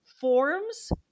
forms